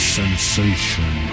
sensation